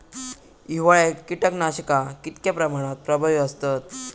हिवाळ्यात कीटकनाशका कीतक्या प्रमाणात प्रभावी असतत?